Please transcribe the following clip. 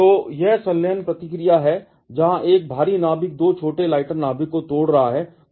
तो यह संलयन प्रतिक्रिया है जहां एक भारी नाभिक 2 छोटे लाइटर नाभिक को तोड़ रहा है